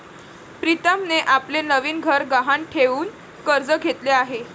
प्रीतमने आपले नवीन घर गहाण ठेवून कर्ज घेतले आहे